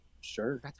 sure